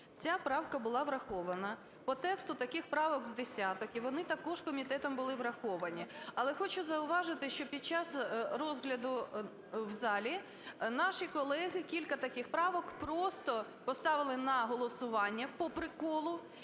Ця правка була врахована. По тексту таких правок з десяток і вони також комітетом були враховані. Але хочу зауважити, що під час розгляду в залі наші колеги кілька таких правок просто поставили на голосування "по приколу"